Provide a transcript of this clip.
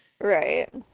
Right